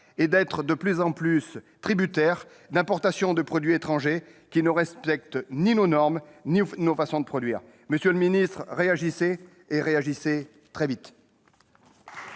et sommes de plus en plus tributaires de l'importation de produits étrangers qui ne respectent ni nos normes ni nos façons de produire. Monsieur le ministre, réagissez, et réagissez très vite